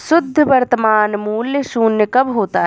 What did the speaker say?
शुद्ध वर्तमान मूल्य शून्य कब होता है?